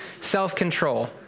Self-control